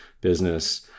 business